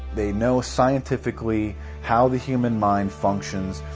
they know scientifically how the human mind functions,